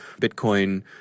Bitcoin